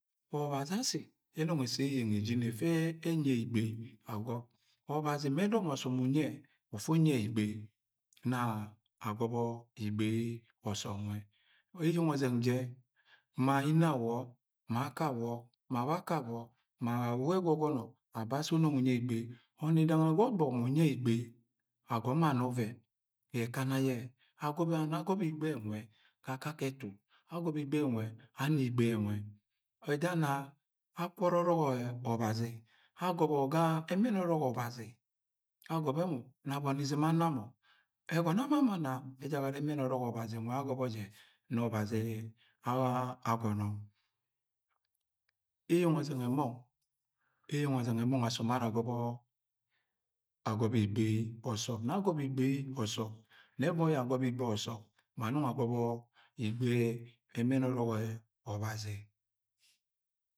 Ọbazi asi ẹnong ẹsẹ eyeng ejine ẹfẹ ẹnyu ẹ igbei ayọb ọbazi mẹ ẹdọmọ ọsọm ungiẹ ufu unyi ẹ igbei, nọ agọbọ igbei ọsọm nwẹ ga eyeng ọzẹng jẹ ma inawọ, ma akawọ ma wakawọ ma me ẹgọgọnọ abai asi unọng unyi ẹ igbei. Ọnidanga ga ọbọ mu unyi ẹ igbei, agọmọ ana ọvẹn ẹkana yẹ. Agọbọ igbei ga akakẹ ẹtu Agọbọ igbei nwẹ ana igbei nwẹ. Ada na akwọrọ ọbazi. Agọbọ ga ẹmẹn ọrọk obazi. Agọbọ mọ nọ abọni izɨm ana mọ tgọnọ yẹ ama mọ ana, ejak ẹrẹ ẹmẹn ọrọk ọbazi nwẹ agọbọ jẹ yẹnẹ ọbazi nwẹ agọbọ jẹ yẹnẹ ọbazi agọnọ. Eyeng ọzẹ ng ẹmọng. Eyeng ozẹng asọm asọm ara agọbọ igbe ọsọm. Nẹ agọbọ igbei ọsọm. Nẹ ẹvọi yẹ agọbọ igbei ọsọm, ma anọng agọbọ igbei ẹmẹn ọrọk obazi.